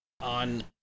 on